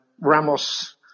Ramos